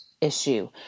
issue